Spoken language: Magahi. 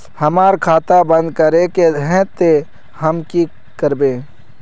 हमर खाता बंद करे के है ते हम की करबे?